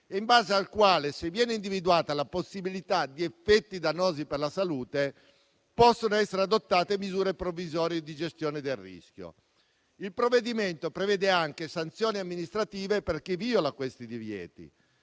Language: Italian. in base al quale, se viene individuata la possibilità di effetti dannosi per la salute, possono essere adottate misure provvisorie di gestione del rischio. Il provvedimento prevede anche sanzioni amministrative per chi viola questi divieti.